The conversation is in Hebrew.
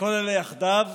וכל אלה יחדיו